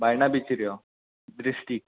बायणा बिचीर यो ड्रिस्टीक